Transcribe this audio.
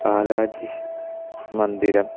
बालाजिमन्दिरम्